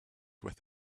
with